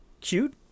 cute